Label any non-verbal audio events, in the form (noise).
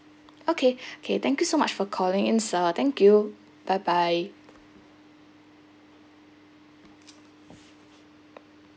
okay (breath) okay thank you so much for calling in sir thank you bye bye